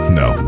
no